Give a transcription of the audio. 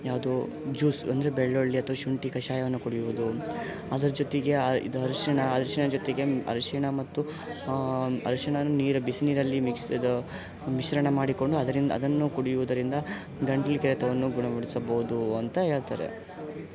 ಯಾವುದು ಜ್ಯೂಸ್ ಅಂದರೆ ಬೆಳ್ಳುಳ್ಳಿ ಅಥವಾ ಶುಂಠಿ ಕಷಾಯಯವನ್ನು ಕುಡಿಯುವುದು ಅದರ ಜೊತೆಗೆ ಇದು ಅರ್ಶಿಣ ಅರಿಶಿಣ ಜೊತೆಗೆ ಅರಿಶಿಣ ಮತ್ತು ಅರಿಶಿಣನು ನೀರು ಬಿಸಿ ನೀರಲ್ಲಿ ಮಿಕ್ಸ್ ಇದು ಮಿಶ್ರಣ ಮಾಡಿಕೊಂಡು ಅದರಿಂದ ಅದನ್ನು ಕುಡಿಯುವುದರಿಂದ ಗಂಟ್ಲ ಕೆರೆತವನ್ನು ಗುಣಪಡಿಸಬೋದು ಅಂತ ಹೇಳ್ತಾರೆ